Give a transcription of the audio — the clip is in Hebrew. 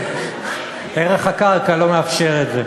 ערך הקרקע לא מאפשר את זה.